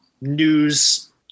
news